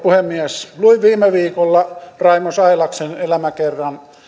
puhemies luin viime viikolla raimo sailaksen elämäkerran